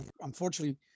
Unfortunately